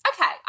Okay